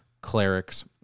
clerics